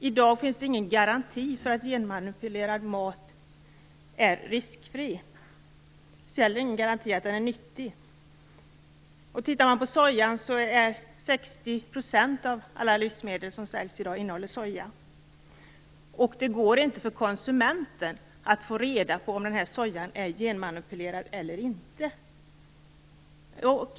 I dag finns ingen garanti för att genmanipulerad mat är riskfri eller nyttig. Av alla livsmedel som säljs i dag innehåller 60 % soja. Det går inte för konsumenten att få reda på om sojan är genmanipulerad eller inte.